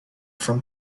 from